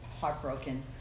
heartbroken